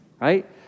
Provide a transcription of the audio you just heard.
right